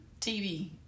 TV